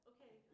Okay